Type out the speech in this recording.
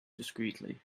discreetly